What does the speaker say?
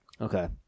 Okay